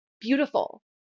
Beautiful